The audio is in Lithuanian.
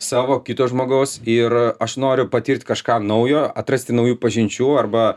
savo kito žmogaus ir aš noriu patirt kažką naujo atrasti naujų pažinčių arba